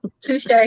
Touche